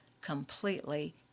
completely